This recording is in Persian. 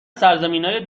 سرزمینای